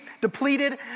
depleted